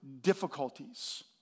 difficulties